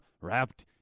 wrapped